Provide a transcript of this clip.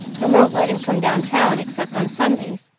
and won't let him come down town except on sundays.